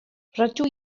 rydw